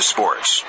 Sports